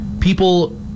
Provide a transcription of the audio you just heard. people